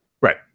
right